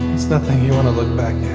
it's nothing you want to look back